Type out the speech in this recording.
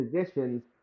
positions